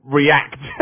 react